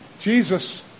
Jesus